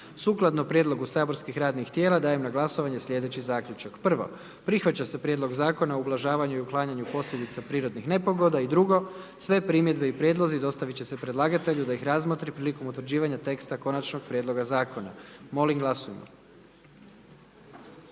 Sukladno prijedlogu saborskih radnih tijela, dajem na glasovanje slijedeći zaključak. Prvo, prihvaća se Prijedlog Zakona o vinu i drugo, sve primjedbe i prijedlozi dostavit će se predlagatelju da ih razmotri prilikom utvrđivanja teksta konačnog prijedloga zakona, molim glasujmo.